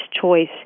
choice